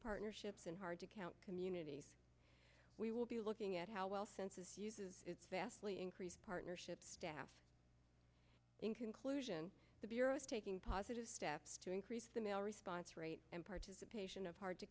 partnerships and hard to count community we will be looking at how well census uses its vastly increased partnership staff in conclusion the bureau is taking positive steps increased the male response rate and participation of hard to